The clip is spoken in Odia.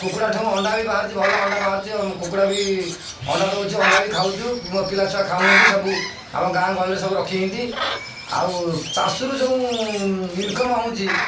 କୁକୁଡ଼ା ଠୁ ଅଣ୍ଡା ବି ବାହାରୁଛି ଭଲ ଅଣ୍ଡା ବାହାରୁଛି କୁକୁଡ଼ା ବି ଅଣ୍ଡା ଦଉଛି ଅଣ୍ଡା ବି ଖାଉଛୁ ପିଲା ଛୁଆ ଖାଉଛନ୍ତି ସବୁ ଆମ ଗାଁ ଗହଳିରେ ସବୁ ରଖିଛନ୍ତି ଆଉ ଚାଷରୁ ଯେଉଁ ଇନକମ୍ ହେଉଛି